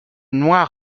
noir